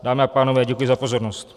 Dámy a pánové, děkuji za pozornost.